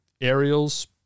Aerials